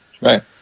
Right